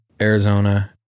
Arizona